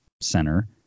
center